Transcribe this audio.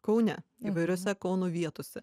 kaune įvairiose kauno vietose